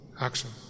action